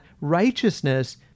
Righteousness